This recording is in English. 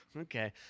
Okay